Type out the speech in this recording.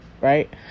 Right